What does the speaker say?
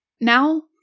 Now